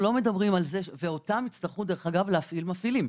אותם יצטרכו להפעיל מפעילים.